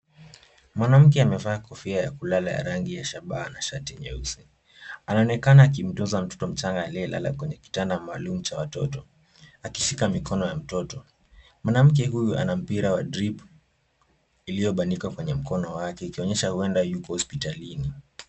Mwanamke amevaa kofia ya kulala ya rangi ya shabaha na shati nyeusi. Anaonekana akimtunza mtoto mchanga aliyelala kwenye kitanda maalum cha watoto akishika mikono ya mtoto. Mwanamke huyu ana mpira wa dripu iliyobandikwa kwenye mkono wake ikionyesha huenda yuko hospitalini.